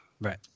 Right